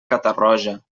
catarroja